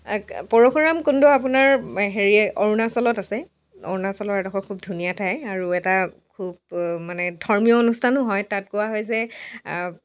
পৰশুৰাম কুণ্ড আপোনাৰ হেৰি অৰুণাচলত আছে অৰুণাচলৰ এডোখৰ খুব ধুনীয়া ঠাই আৰু এটা খুব মানে ধৰ্মীয় অনুষ্ঠানো হয় তাত কোৱা হয় যে